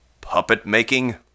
puppet-making